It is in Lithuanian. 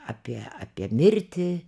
apie apie mirtį